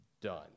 done